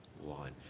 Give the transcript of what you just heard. one